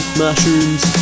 mushrooms